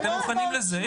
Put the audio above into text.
אתם מוכנים לזה.